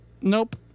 Nope